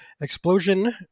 Explosion